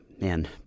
Man